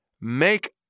make